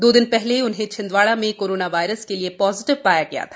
दो दिन पहले उन्हें छिंदवाड़ा में कोरोनावायरस के लिए पाजिटिव पाया गया था